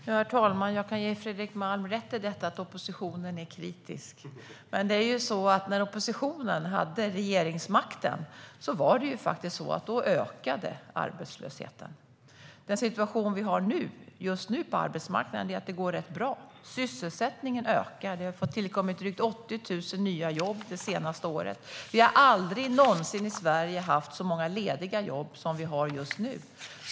Herr talman! Jag kan ge Fredrik Malm rätt i att oppositionen är kritisk, men när oppositionen hade regeringsmakten ökade arbetslösheten. Den situation vi just nu har på arbetsmarknaden är att det går rätt bra. Sysselsättningen ökar. Det har tillkommit drygt 80 000 nya jobb det senaste året. Vi har aldrig någonsin haft så många lediga jobb i Sverige som vi har nu.